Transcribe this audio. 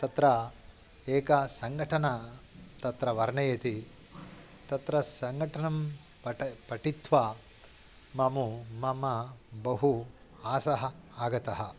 तत्र एका सङ्घटना तत्र वर्णयति तत्र सङ्घटनं पठ पठित्वा मम मम बहु आशा आगता